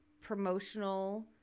promotional